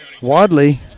Wadley